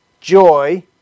joy